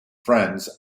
friends